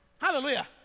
Hallelujah